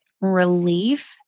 relief